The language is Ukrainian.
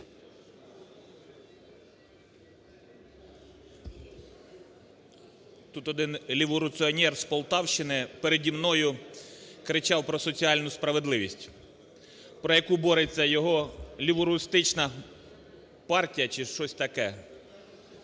Тут один "ліворуціонер" з Полтавщини переді мною кричав про соціальну справедливість, про яку бореться його "ліворухстична"